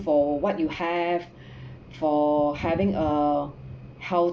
for what you have for having a health